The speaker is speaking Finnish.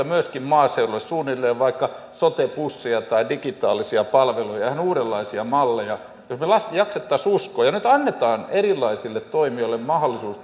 myöskin maaseudulle suunnilleen vaikka sote bussia tai digitaalisia palveluja ihan uudenlaisia malleja jos me jaksaisimme uskoa nyt annetaan erilaisille toimijoille mahdollisuus